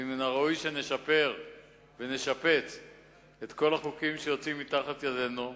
ומן הראוי שנשפר ונשפץ את כל החוקים היוצאים מתחת ידינו.